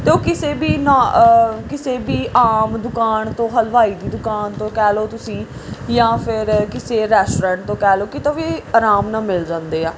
ਅਤੇ ਉਹ ਕਿਸੇ ਵੀ ਨਾ ਕਿਸੇ ਵੀ ਆਮ ਦੁਕਾਨ ਤੋਂ ਹਲਵਾਈ ਦੀ ਦੁਕਾਨ ਤੋਂ ਕਹਿ ਲਓ ਤੁਸੀਂ ਜਾਂ ਫਿਰ ਕਿਸੇ ਰੈਸਟੋਰੈਂਟ ਤੋਂ ਕਹਿ ਲਓ ਕਿਤੋਂ ਵੀ ਅਰਾਮ ਨਾਲ ਮਿਲ ਜਾਂਦੇ ਆ